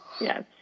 Yes